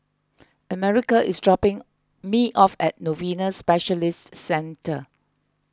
America is dropping me off at Novena Specialist Centre